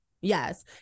Yes